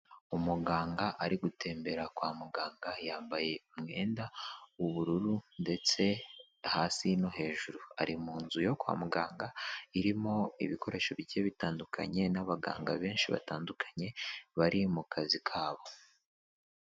Umuganga ari gutembera kwa muganga, yambaye umwenda w'ubururu ndetse hasi no hejuru, ari mu nzu yo kwa muganga, irimo ibikoresho bigiye bitandukanye n'abaganga benshi batandukanye bari mu kazi kabo.